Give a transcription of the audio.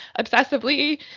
obsessively